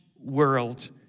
world